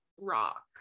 rock